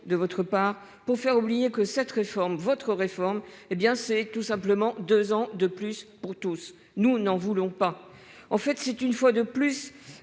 de votre part pour faire oublier que cette réforme votre réforme hé bien c'est tout simplement 2 ans de plus pour tous. Nous n'en voulons pas. En fait c'est une fois de plus